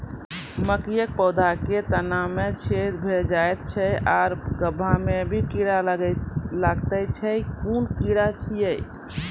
मकयक पौधा के तना मे छेद भो जायत छै आर गभ्भा मे भी कीड़ा लागतै छै कून कीड़ा छियै?